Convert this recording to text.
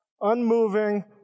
unmoving